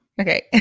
Okay